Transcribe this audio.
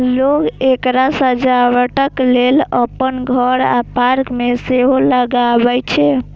लोक एकरा सजावटक लेल अपन घर आ पार्क मे सेहो लगबै छै